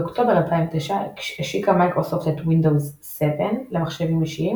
באוקטובר 2009 השיקה מיקרוסופט את Windows 7 למחשבים אישיים